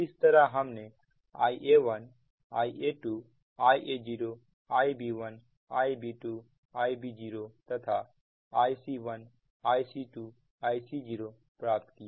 इस तरह हमने Ia1Ia2 Ia0Ib1Ib2 Ib0 तथा Ic1 Ic2 Ic0प्राप्त किया